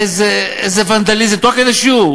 איזה ונדליזם, תוך כדי שיעור.